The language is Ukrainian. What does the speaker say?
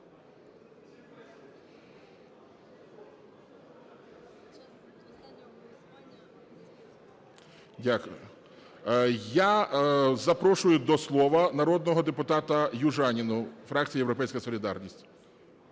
Дякую. Я запрошую до слова народного депутата Южаніну, фракція "Європейська солідарність".